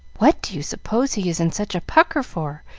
what do you suppose he is in such a pucker for?